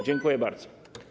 Dziękuję bardzo.